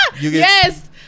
Yes